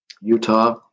Utah